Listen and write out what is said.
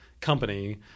company